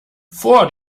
vor